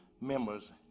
members